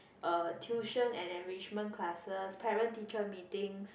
tuition and enrichment classes parent teacher meetings